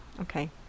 Okay